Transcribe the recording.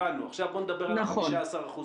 עכשיו נדבר על ה-15%.